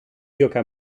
yucca